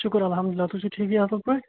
شُکُر اَلحَمدُالِلّہ تُہۍ چھِو ٹھیٖکٕے اَصٕل پٲٹھۍ